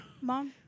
Mom